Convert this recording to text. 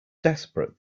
desperate